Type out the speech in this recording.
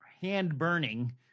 hand-burning